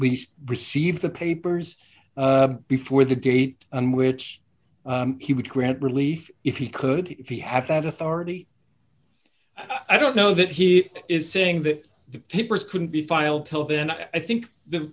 least receive the papers before the date on which he would grant relief if he could he have that authority i don't know that he is saying that the papers couldn't be filed till then i think the